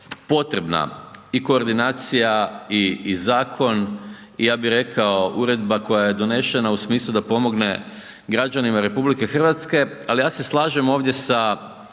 potrebna i koordinacija i zakon i ja bi rekao uredba koja je donešena u smislu da pomogne građanima RH, ali ja se slažem ovdje sa